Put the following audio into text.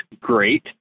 great